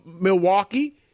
Milwaukee